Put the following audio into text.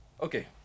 Okay